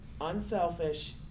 unselfish